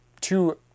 two